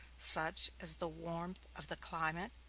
such as the warmth of the climate,